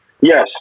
Yes